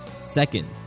Second